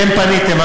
אתם פניתם,